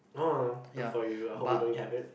oh good for you I hope you don't have it